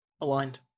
aligned